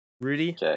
Rudy